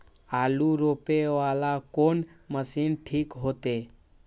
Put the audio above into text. आलू रोपे वाला कोन मशीन ठीक होते?